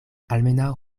almenaŭ